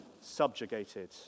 subjugated